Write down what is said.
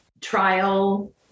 trial